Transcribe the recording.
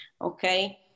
okay